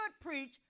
preach